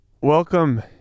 welcome